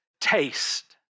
taste